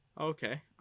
Okay